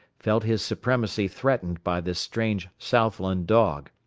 felt his supremacy threatened by this strange southland dog.